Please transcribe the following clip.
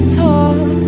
talk